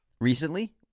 recently